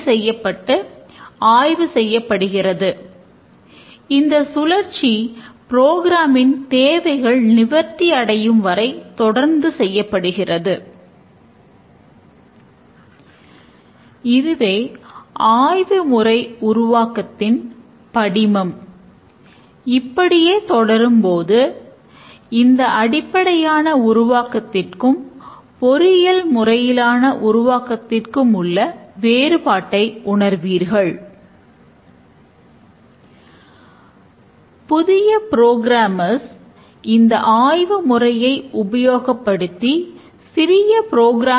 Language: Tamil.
கட்டமைக்கப்பட்ட பகுப்பாய்வில் நாம் செயல்பாட்டுத் தேவைகளை ஆய்வு செய்கிறோம் அதாவது செயல்களை சிறு துல்லியமான செயல்களாக உடைக்கிறோம் மற்றும் தொகுப்பான துல்லியமான செயல்கள் நமக்கு இருக்கும் போது நாம் வடிவமைப்பைத் தொடங்குகிறோம்